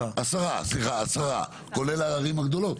סליחה, עשרה, כולל הערים הגדולות?